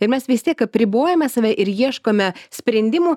ir mes vis tiek apribojame save ir ieškome sprendimų